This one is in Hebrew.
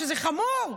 שזה חמור,